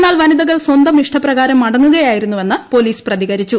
എന്നാൽ വനിതകൾ സ്വന്തം ഇഷ്ടപ്രകാരം മടങ്ങുകയായിരുന്നുവെന്ന് പോലീസ് പ്രതികരിച്ചു